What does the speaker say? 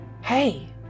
Hey